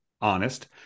honest